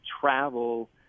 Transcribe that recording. travel